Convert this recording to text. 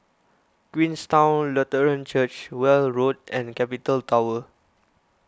Queenstown Lutheran Church Weld Road and Capital Tower